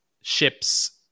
ships